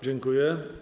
Dziękuję.